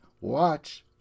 watch